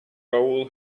rahul